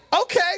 Okay